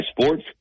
sports